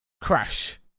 Crash